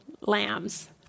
lambs